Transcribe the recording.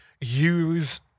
use